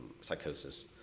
psychosis